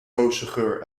rozengeur